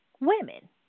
women